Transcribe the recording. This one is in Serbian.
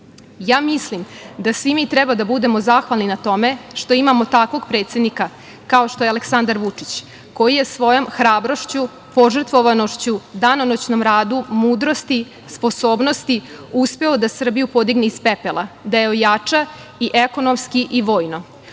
životom. Mislim da svi mi treba da budemo zahvalni na tome što imamo takvog predsednika kao što je Aleksandar Vučić koji je svojom hrabrošću, požrtvovanošću, danonoćnom radu, mudrosti, sposobnosti, uspeo da Srbiju podigne iz pepela, da je ojača i ekonomski i vojno. On